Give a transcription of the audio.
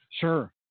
Sure